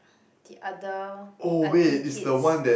the other I_P kids